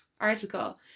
article